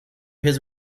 his